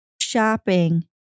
shopping